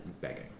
begging